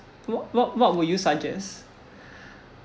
what what what would you suggest